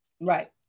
right